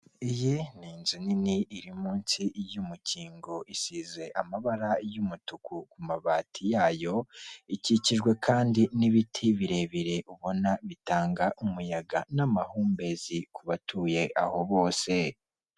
Iyi ni inzu nini iri munsi y'umukingo, isize amabara y'umutuku ku mabati yayo, ikikijwe kandi n'ibiti birebire ubona bitanga umuyaga n'amahumbezi ku batuye aho bose.